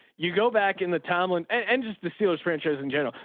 you go back in the timeline and just the steelers franchise in general,